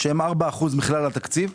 שהם 4% מכלל התקציב.